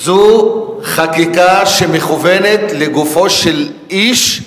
זו חקיקה שמכוונת לגופו של איש,